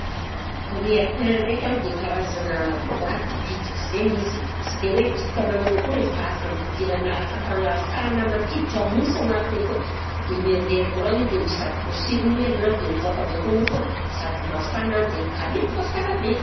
Grille à pain ndraika dia karazagna boaty bitika zegny izy sy dia hoe bitika magnano akory fa a- fampidirana afaka ahafahana mampiditra mofo agnatiny akao dia mandeha koragna i dia misy raha posirina igny aminany dia mivoaka avy akao mofo a sady mafana dia mikarepoka sara be.